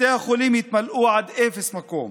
בתי החולים יתמלאו עד אפס מקום